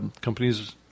Companies